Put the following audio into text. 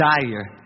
desire